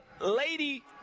Lady